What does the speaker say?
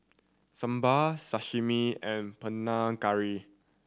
Sambar Sashimi and Panang Curry